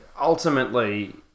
Ultimately